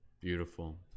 Beautiful